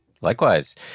likewise